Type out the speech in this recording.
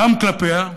גם כלפיה,